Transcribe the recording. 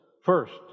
First